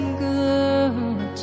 good